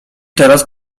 teraz